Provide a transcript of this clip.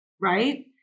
right